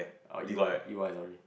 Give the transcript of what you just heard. or E_Y E_Y sorry